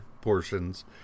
portions